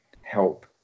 help